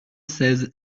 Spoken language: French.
seize